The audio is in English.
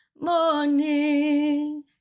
morning